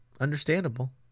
understandable